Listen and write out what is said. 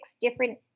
different